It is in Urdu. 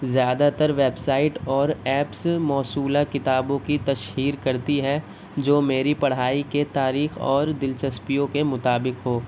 زیادہ تر ویب سائٹ اور ایپس موصولہ کتابوں کی تشہیر کرتی ہیں جو میری پڑھائی کی تعریف اور دلچسپیوں کے مطابق ہو